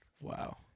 Wow